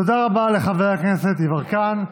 תודה רבה לחבר הכנסת יברקן.